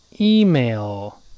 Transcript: email